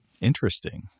Interesting